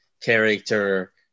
character